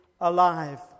alive